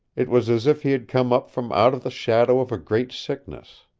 it was as if he had come up from out of the shadow of a great sickness.